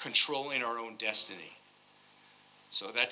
controlling our own destiny so that